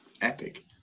epic